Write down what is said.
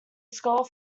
scholar